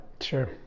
Sure